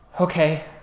okay